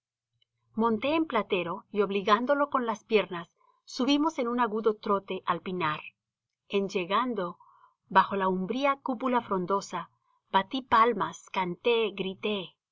monté en platero y obligándolo con las piernas subimos en un agudo trote al pinar en llegando bajo la umbría cúpula frondosa batí palmas canté grité